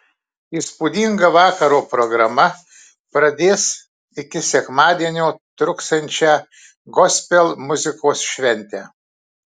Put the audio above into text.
įspūdinga vakaro programa pradės iki sekmadienio truksiančią gospel muzikos šventę